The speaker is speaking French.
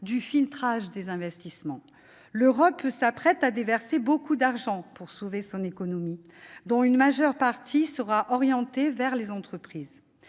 du filtrage des investissements. L'Europe s'apprête à déverser beaucoup d'argent pour sauver son économie, dont une majeure partie sera orientée vers les entreprises.